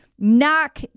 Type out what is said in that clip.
Knock